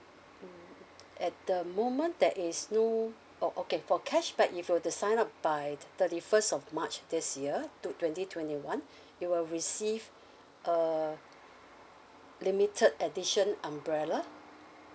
mm at the moment there is no oh okay for cashback if you were to sign up by the thirty first of march this year to twenty twenty one you will receive a limited edition umbrella